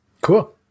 Cool